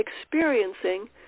experiencing